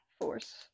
Force